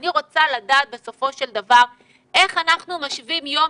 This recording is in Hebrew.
אני רוצה לדעת בסופו של דבר איך אנחנו משווים יום